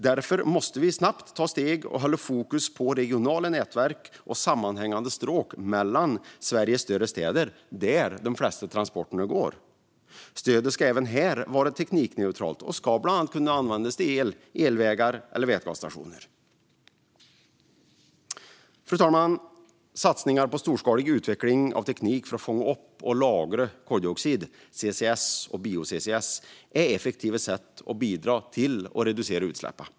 Därför måste vi snabbt ta steg mot och hålla fokus på regionala nätverk och sammanhängande stråk mellan Sveriges större städer, där de flesta transporter går. Stödet ska även här vara teknikneutralt och ska bland annat kunna användas för el, elvägar och vätgasstationer. Fru talman! Satsningar på storskalig utveckling av teknik för att fånga upp och lagra koldioxid, CCS och bio-CCS, är effektiva sätt att bidra till att reducera utsläppen.